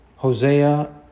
Hosea